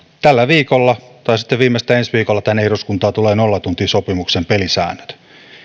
tällä viikolla tai sitten viimeistään ensi viikolla tänne eduskuntaan tulevat nollatuntisopimuksen pelisäännöt